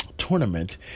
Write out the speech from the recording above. tournament